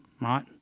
right